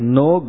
no